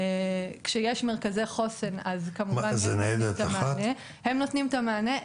כאשר יש מרכזי חוסן אז כמובן שהם נותנים את המענה,